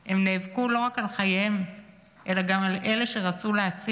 הם נאבקו לא רק על חייהם אלא גם על אלה שרצו להציל,